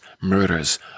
murders